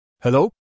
Hello